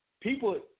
People